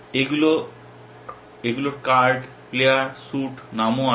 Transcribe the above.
এগুলোর card player suit নামও আছে